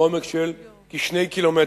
בעומק של כ-2 ק"מ.